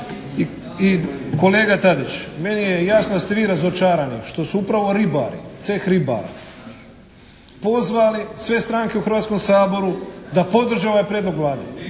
I kolega Tadič meni je jasno da ste vi razočarani što su upravo ribari, ceh ribara, pozvali sve stranke u Hrvatskom saboru da podrže ovaj prijedlog Vlade.